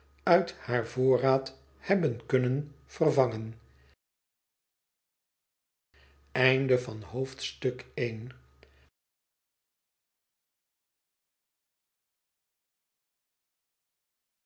uit haar yoorraad hebben kunnen vervangen